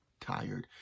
tired